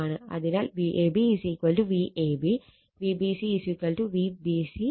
അതിനാൽ Vab VAB Vbc VBC Vca VCA